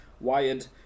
wired